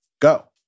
go